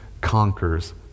conquers